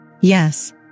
Yes